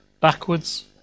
backwards